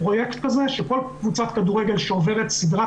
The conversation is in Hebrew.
פרויקט כזה שכל קבוצת כדורגל שעובדת סדרת